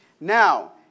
Now